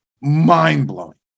mind-blowing